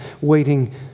waiting